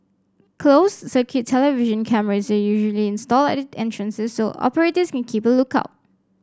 closed circuit television camera usually installed at the entrances so operators can keep a look out